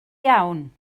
iawn